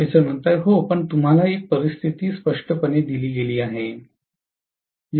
professor हो पण तुम्हाला एक परिस्थिती स्पष्टपणे दिली गेली आहे